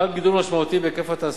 חל גידול משמעותי בהיקף התעסוקה.